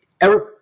eric